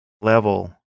level